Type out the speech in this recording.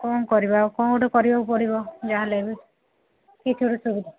କ'ଣ କରିବା ଆଉ କ'ଣ ଗୋଟେ କରିବାକୁ ପଡ଼ିବ ଯାହାେଲେ ବି କିଛି ଗୋଟେ ସୁବିଧା